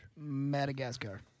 Madagascar